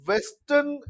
Western